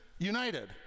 united